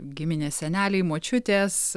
giminės seneliai močiutės